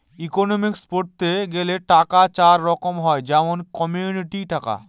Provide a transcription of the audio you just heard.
economics পড়তে গেলে টাকা চার রকম হয় যেমন কমোডিটি টাকা